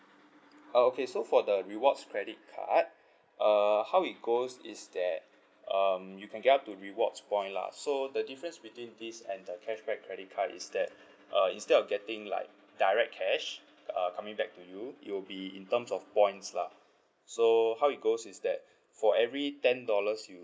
uh okay so for the rewards credit card uh how it goes is that um you can get up to rewards point lah so the difference between this and the cashback credit card is that uh instead of getting like direct cash uh coming back to you it will be in terms of points lah so how it goes is that for every ten dollars you